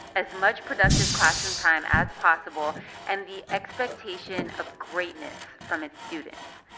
as much productive classroom time as possible and the expectation of greatness from its students.